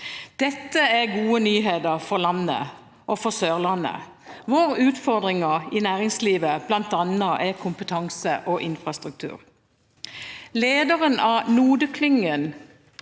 Dette er gode nyheter for landet og for Sørlandet, hvor utfordringen i næringslivet bl.a. er kompetanse og infra struktur. Lederen av NODE-klyngen